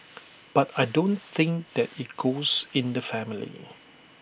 but I don't think that IT goes in the family